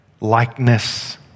likeness